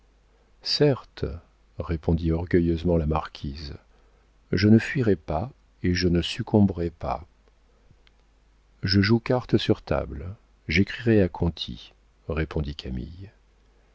certes répondit orgueilleusement la marquise je ne fuirai pas et je ne succomberai pas je joue cartes sur table j'écrirai à conti répondit camille